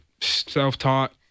Self-taught